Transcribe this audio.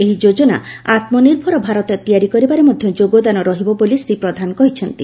ଏହି ଯୋଜନା ଆତ୍ମନିଭର ଭାରତ ତିଆରି କରିବାରେ ମଧ୍ଧ ଯୋଗଦାନ ରହିବ ବୋଲି ଶ୍ରୀ ପ୍ରଧାନ କହିଛନ୍ତି